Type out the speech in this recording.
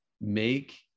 make